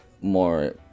more